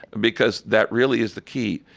because that really is the key.